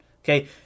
okay